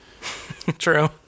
true